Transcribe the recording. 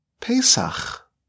Pesach